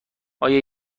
آیا